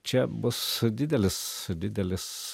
čia bus didelis didelis